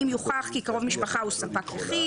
למשל אם יוכח שקרוב משפחה הוא ספק יחיד